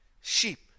sheep